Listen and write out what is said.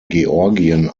georgien